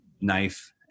knife